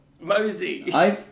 Mosey